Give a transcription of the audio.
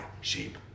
sheep